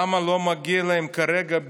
למה לא מגיע להם כרגע,